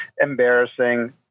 Embarrassing